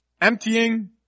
emptying